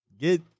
Get